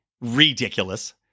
Ridiculous